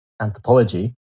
anthropology